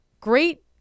great